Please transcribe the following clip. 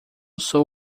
sou